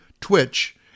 Twitch